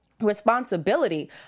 responsibility